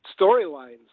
storylines